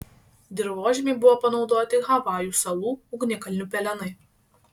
dirvožemiui buvo panaudoti havajų salų ugnikalnių pelenai